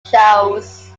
shows